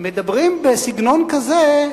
מדברים בסגנון כזה,